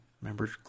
Remember